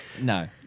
no